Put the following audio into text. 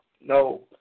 No